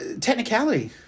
Technicality